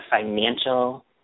financial